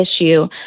issue